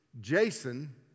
Jason